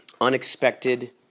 unexpected